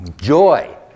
joy